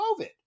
COVID